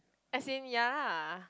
as in ya